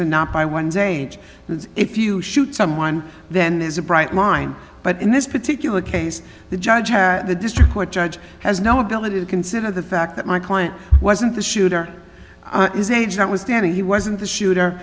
and not by one's age if you shoot someone then there's a bright line but in this particular case the judge the district court judge has no ability to consider the fact that my client wasn't the shooter is age that was standing he wasn't the shooter